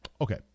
Okay